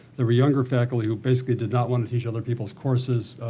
there were younger faculty who basically did not want to teach other peoples' courses.